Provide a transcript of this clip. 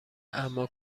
اما